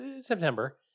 September